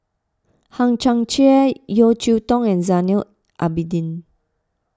Hang Chang Chieh Yeo Cheow Tong and Zainal Abidin